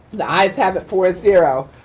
the ayes have it four zero.